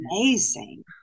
Amazing